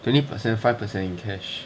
twenty percent five percent in cash